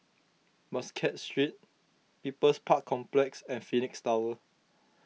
Muscat Street People's Park Complex and Phoenix Tower